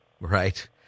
Right